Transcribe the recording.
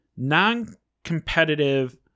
Non-competitive